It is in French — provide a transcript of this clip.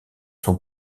sont